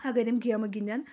اَگر یِم گیمہٕ گِنٛدَن